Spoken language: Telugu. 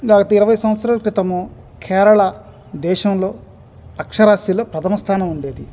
గత ఇరవై సంవత్సరాల క్రితము కేరళా దేశంలో అక్షరాస్యతలో ప్రథమ స్థానం ఉండేది